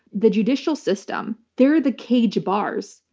the judicial system, they're the cage bars.